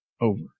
over